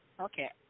Okay